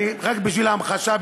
רק בשביל ההמחשה,